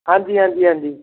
ਹਾਂਜੀ ਹਾਂਜੀ ਹਾਂਜੀ